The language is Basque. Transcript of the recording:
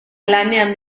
lanean